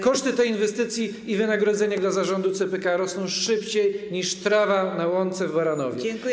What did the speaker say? Koszty tej inwestycji i wynagrodzenie dla zarządu CPK rosną szybciej niż trawa na łące w Baranowie.